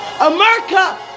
America